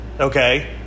Okay